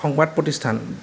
সংবাদ প্ৰতিষ্ঠান